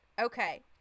Okay